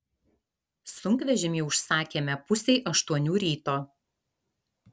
sunkvežimį užsakėme pusei aštuonių ryto